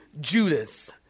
Judas